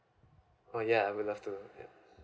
oh yeah I would love to yeah